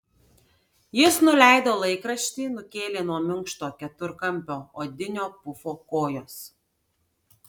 jis nuleido laikraštį nukėlė nuo minkšto keturkampio odinio pufo kojas